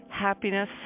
happiness